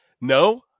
No